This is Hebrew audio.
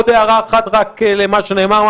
עוד הערה אחת למה שנאמר,